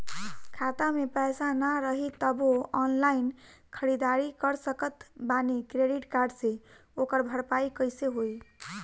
खाता में पैसा ना रही तबों ऑनलाइन ख़रीदारी कर सकत बानी क्रेडिट कार्ड से ओकर भरपाई कइसे होई?